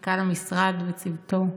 כנסת נכבדה, אדוני המבקר, מנכ"ל המשרד וצוותו,